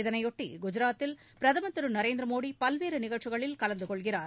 இதனையொட்டி குஜராத்தில் பிரதம் திரு நரேந்திர மோடி பல்வேறு நிகழ்ச்சிகளில் கலந்துகொள்கிறார்